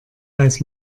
weiß